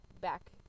back